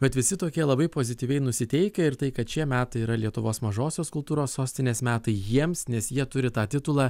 bet visi tokie labai pozityviai nusiteikę ir tai kad šie metai yra lietuvos mažosios kultūros sostinės metai jiems nes jie turi tą titulą